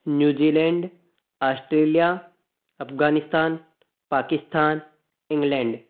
New Zealand Australia Afghanistan Pakistan England